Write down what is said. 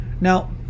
now